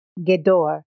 Gedor